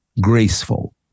graceful